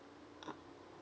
ah